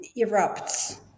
erupts